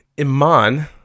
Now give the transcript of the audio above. Iman